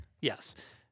Yes